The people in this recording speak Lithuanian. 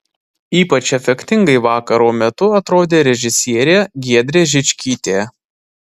ypač efektingai vakaro metu atrodė režisierė giedrė žičkytė